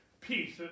peace